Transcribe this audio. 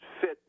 fit